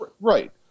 Right